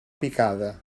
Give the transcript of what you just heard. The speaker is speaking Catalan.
picada